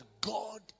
God